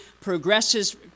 progresses